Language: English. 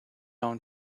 own